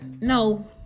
No